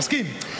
מסכים.